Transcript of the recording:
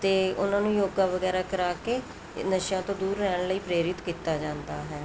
ਅਤੇ ਉਹਨਾਂ ਨੂੰ ਯੋਗਾ ਵਗੈਰਾ ਕਰਾ ਕੇ ਨਸ਼ਿਆਂ ਤੋਂ ਦੂਰ ਰਹਿਣ ਲਈ ਪ੍ਰੇਰਿਤ ਕੀਤਾ ਜਾਂਦਾ ਹੈ